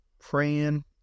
praying